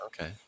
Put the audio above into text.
Okay